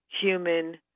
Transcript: human